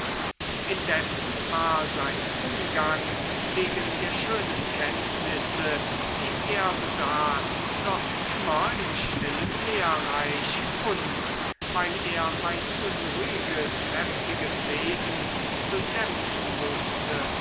indessen war sein umgang wegen der schönen kenntnisse die er besaß doch immer im stillen lehrreich und weil er mein unruhiges heftiges wesen zu dämpfen wußte